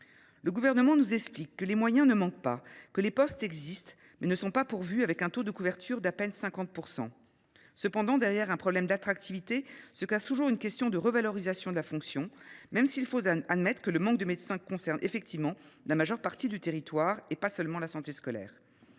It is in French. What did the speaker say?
Le Gouvernement nous explique que les moyens ne manquent pas : les postes existent, mais ils ne sont pas pourvus, le taux de couverture étant d’à peine 50 %. Ce problème d’attractivité dissimule une question de revalorisation de la fonction, même s’il faut admettre que le manque de médecins concerne effectivement la majeure partie du territoire, et non pas seulement le secteur